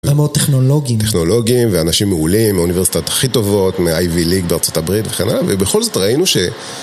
עולמות טכנולוגיים. טכנולוגיים, ואנשים מעולים מאוניברסיטת הכי טובות מ-IV-ליג בארצות הברית וכן הלאה. ובכל זאת ראינו ש...